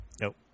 nope